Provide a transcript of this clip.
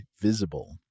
Visible